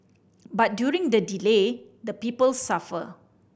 but during the delay the people suffer